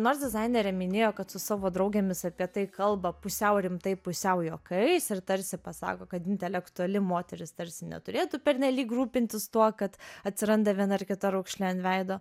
nors dizainerė minėjo kad su savo draugėmis apie tai kalba pusiau rimtai pusiau juokais ir tarsi pasako kad intelektuali moteris tarsi neturėtų pernelyg rūpintis tuo kad atsiranda viena ar kita raukšlė ant veido